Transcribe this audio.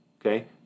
Okay